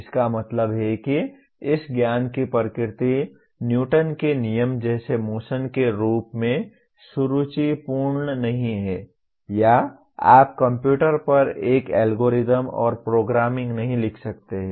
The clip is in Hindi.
इसका मतलब है कि इस ज्ञान की प्रकृति न्यूटन के नियम जैसे मोशन के रूप में सुरुचिपूर्ण नहीं है या आप कंप्यूटर पर एक एल्गोरिथ्म और प्रोग्रामिंग नहीं लिख सकते हैं